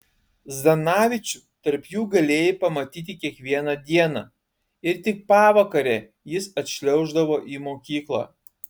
zdanavičių tarp jų galėjai pamatyti kiekvieną dieną ir tik pavakare jis atšliauždavo į mokyklą